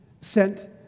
sent